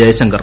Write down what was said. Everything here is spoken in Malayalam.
ജയശങ്കർ